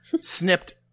snipped